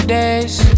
days